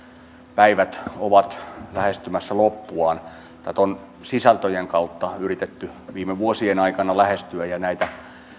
päivät ovat lähestymässä loppuaan tätä on sisältöjen kautta yritetty viime vuosien aikana lähestyä ja näitä